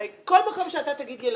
הרי כל מקום שאתה תגיד ילדים,